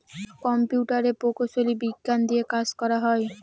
কম্পিউটারের প্রকৌশলী বিজ্ঞান দিয়ে কাজ করা হয়